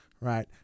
right